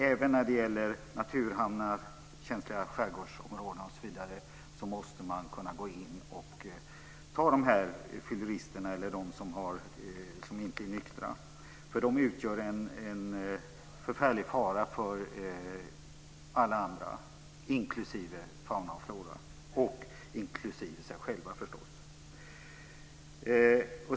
Även i naturhamnar i känsliga skärgårdsområden osv. måste man kunna ingripa mot fyllerister som utgör en förfärligt stor fara för andra, för flora och fauna och förstås även för sig själva.